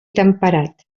temperat